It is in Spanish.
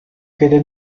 quede